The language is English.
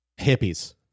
Hippies